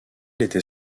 était